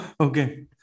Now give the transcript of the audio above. okay